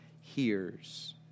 hears